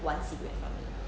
one cigarette from me